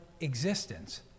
existence